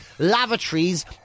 Lavatories